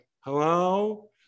Hello